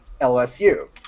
LSU